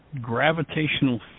gravitational